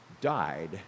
died